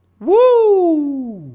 whoo